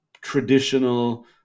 traditional